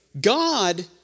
God